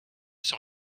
sur